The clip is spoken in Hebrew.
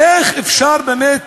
איך אפשר באמת,